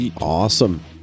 awesome